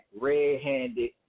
red-handed